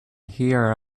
hear